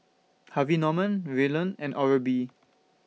Harvey Norman Revlon and Oral B